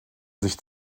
sich